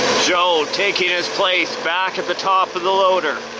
joe, taking his place back at the top of the loader.